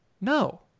No